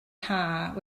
haf